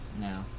No